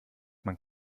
man